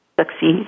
succeed